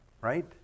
right